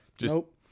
Nope